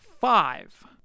five